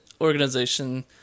organization